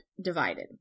divided